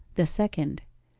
the second.